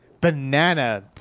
banana